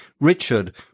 Richard